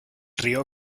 río